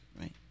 Right